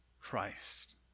Christ